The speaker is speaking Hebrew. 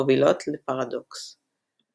מובילות לפרדוקס.